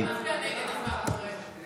אם אני מצביעה נגד, מה קורה?